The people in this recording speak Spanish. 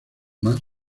más